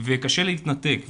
וקשה להתנתק.